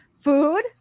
food